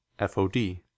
FOD